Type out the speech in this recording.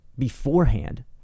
beforehand